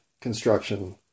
construction